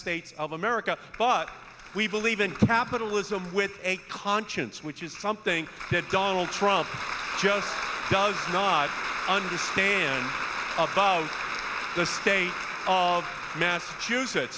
states of america but we believe in capitalism with a conscience which is something that donald trump just does not understand about the state of massachusetts